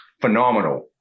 phenomenal